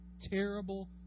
terrible